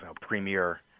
premier